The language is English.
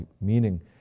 Meaning